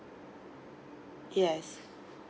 yes